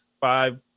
five